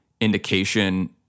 indication